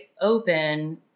open